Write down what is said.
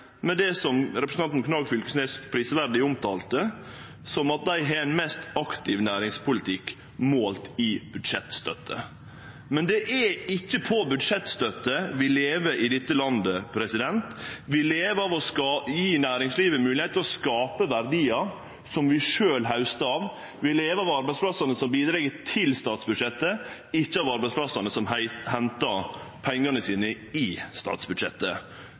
med det som representanten Knag Fylkesnes prisverdig omtalte som at dei har den mest aktive næringspolitikken målt i budsjettstøtte. Det er ikkje budsjettstøtte vi lever av i dette landet. Vi lever av å gje næringslivet moglegheit til å skape verdiar som vi sjølve haustar av. Vi lever av arbeidsplassane som bidreg til statsbudsjettet, ikkje av arbeidsplassane som har henta pengane sine i statsbudsjettet.